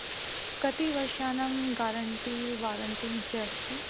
कति वर्षाणां गारण्टी वारण्टीं च अस्ति